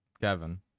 Kevin